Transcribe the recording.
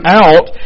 out